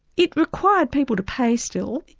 it required people to pay still.